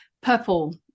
purple